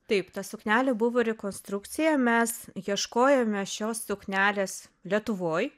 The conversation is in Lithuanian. taip ta suknelė buvo rekonstrukcija mes ieškojome šios suknelės lietuvoj